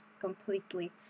completely